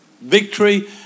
victory